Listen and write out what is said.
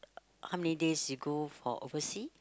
how many days you go for overseas